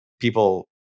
people